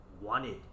wanted